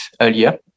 earlier